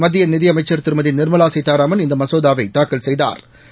மத்திய நிதி அமைச்சா் திருமதி நிாமலா சீதாராமன் இந்த மசோதாவை தாக்கல் செய்தாா்